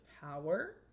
power